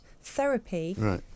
therapy